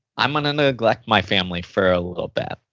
i'm going to neglect my family for a little bit.